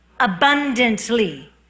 abundantly